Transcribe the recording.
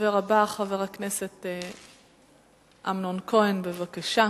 הדובר הבא, חבר הכנסת אמנון כהן, בבקשה.